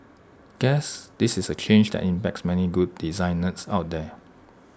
guess this is A change that impacts many good design nerds out there